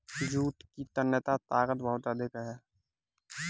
jute की तन्यता ताकत बहुत अधिक है